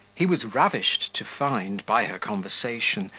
he was ravished to find, by her conversation,